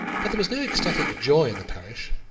but there was no ecstatic joy in the parish.